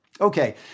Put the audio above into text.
Okay